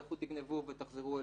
לכו תגנבו ותחזרו אלי.